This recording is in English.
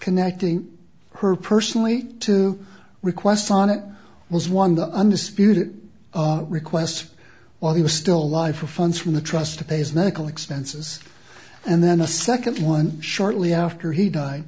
connecting her personally to request on it was one the undisputed request while he was still alive for funds from the trust to pay his nickel expenses and then a second one shortly after he died